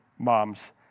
moms